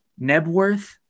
Nebworth